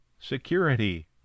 security